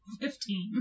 Fifteen